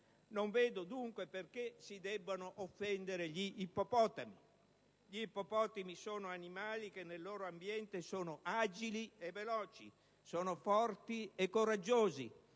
Non vedo, dunque, perché si debbano offendere gli ippopotami, animali che nel loro ambiente sono agili e veloci, forti e coraggiosi: